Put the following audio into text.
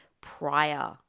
prior